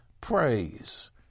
praise